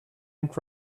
and